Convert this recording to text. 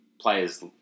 players